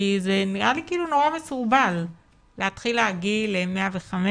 כי זה נראה לי נורא מסורבל להתחיל להרגיל ל-105,